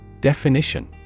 Definition